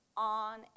On